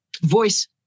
voice